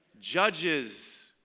Judges